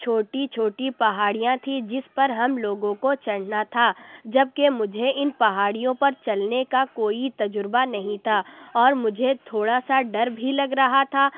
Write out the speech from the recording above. چھوٹی چھوٹی پہاڑیاں تھیں جس پر ہم لوگوں کو چڑھنا تھا جبکہ مجھے ان پہاڑیوں پر چلنے کو کوئی تجربہ نہیں تھا اور مجھے تھوڑا سا ڈر بھی لگ رہا تھا